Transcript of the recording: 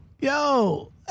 yo